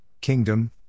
Kingdom